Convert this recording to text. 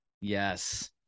yes